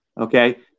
Okay